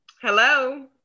Hello